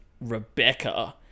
Rebecca